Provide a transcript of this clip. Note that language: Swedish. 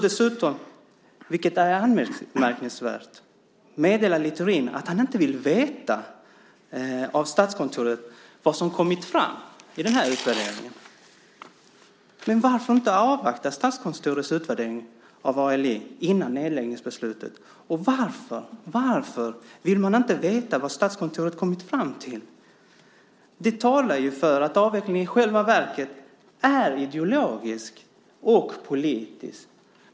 Dessutom, vilket är ännu mer anmärkningsvärt, meddelar Littorin att han av Statskontoret inte vill veta vad som har kommit fram i den här utvärderingen. Varför inte avvakta Statskontorets utvärdering av ALI före nedläggningsbeslutet? Varför vill man inte veta vad Statskontoret har kommit fram till? Det talar för att avvecklingen i själva verket är ideologisk och politisk.